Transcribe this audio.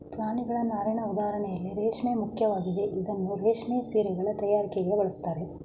ಪ್ರಾಣಿಗಳ ನಾರಿನ ಉದಾಹರಣೆಯಲ್ಲಿ ರೇಷ್ಮೆ ಮುಖ್ಯವಾಗಿದೆ ಇದನ್ನೂ ರೇಷ್ಮೆ ಸೀರೆಗಳ ತಯಾರಿಕೆಗೆ ಬಳಸ್ತಾರೆ